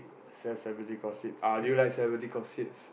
cel~ celebrity gossip uh do you like celebrity gossips